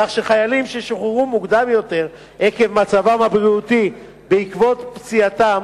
כך שחיילים ששוחררו מוקדם יותר עקב מצבם הבריאותי בעקבות פציעתם,